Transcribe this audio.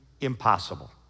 impossible